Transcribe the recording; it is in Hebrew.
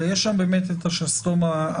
הרי יש את השסתום המאזן.